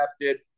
drafted